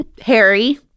Harry